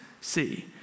see